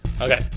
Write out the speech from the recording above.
Okay